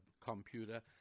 computer